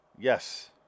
Yes